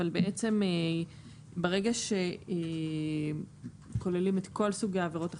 אבל ברגע שכוללים את כל סוגי עבירות החניה,